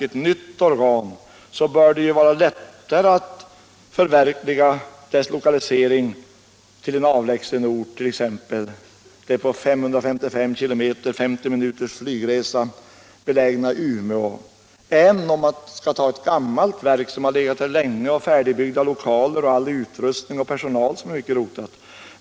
Ett nytt organ bör vara lättare att lokalisera till en avlägsen ort, t.ex. det på 555 km avstånd och 50 minuters flygresa härifrån belägna Umeå, än ett gammalt verk som har funnits länge i Stockholm och har färdigbyggda lokaler och utrustning och personal som är rotad där.